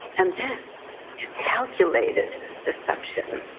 and this is calculated deception.